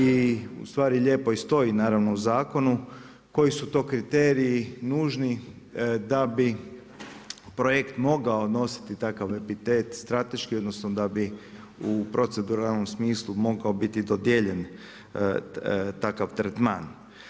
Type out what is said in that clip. I u stvari lijepo i stoji naravno u zakonu koji su to kriteriji nužni da bi projekt mogao nositi takav epitet strateški, odnosno da bi u proceduralnom smislu mogao biti dodijeljen takav tretman.